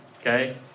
Okay